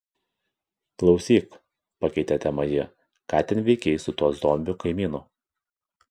klausyk pakeitė temą ji ką ten veikei su tuo zombiu kaimynu